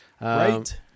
Right